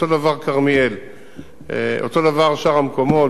אותו דבר כרמיאל, אותו דבר שאר המקומות.